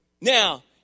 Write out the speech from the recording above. Now